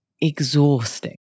exhausting